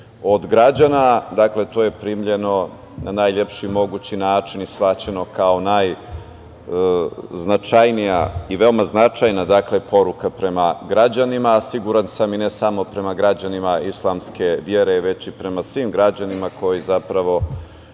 od građana. Dakle, to je primljeno na najlepši mogući način i shvaćeno kao najznačajnija i veoma značajna poruka prema građanima, a siguran sam i ne samo prema građanima islamske vere, već i prema svim građanima koji dele